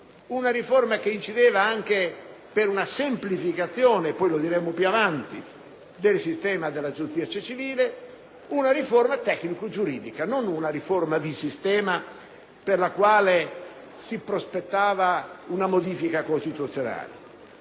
una riforma che incideva anche per una semplificazione - lo diremo più avanti - del sistema della giustizia civile. Una riforma tecnico-giuridica, non una riforma di sistema per la quale si prospettava una modifica costituzionale